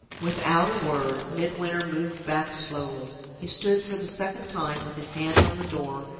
without a word, midwinter moved back slowly. he stood for the second time with his hand on the door,